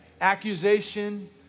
Accusation